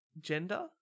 Gender